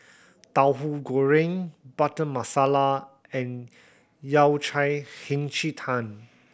Tauhu Goreng Butter Masala and Yao Cai Hei Ji Tang